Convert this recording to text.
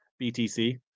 BTC